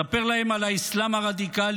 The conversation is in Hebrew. ספר להם על האסלאם הרדיקלי,